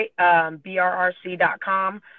brrc.com